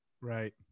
Right